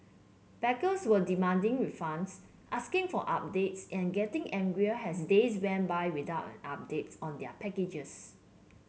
backers were demanding refunds asking for updates and getting angrier as days went by without an update on their packages